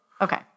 Okay